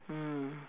mm